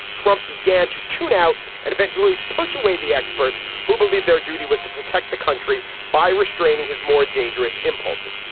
trump began to tune out and eventually push away the experts who believe their duty was to protect the country by restraining his more dangerous impulses.